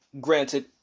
Granted